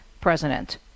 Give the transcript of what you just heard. president